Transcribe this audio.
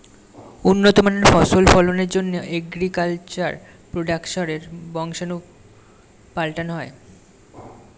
উন্নত মানের ফসল ফলনের জন্যে অ্যাগ্রিকালচার প্রোডাক্টসের বংশাণু পাল্টানো হয়